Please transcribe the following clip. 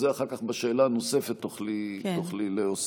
אחר כך, בשאלה הנוספת, תוכלי להוסיף.